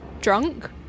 drunk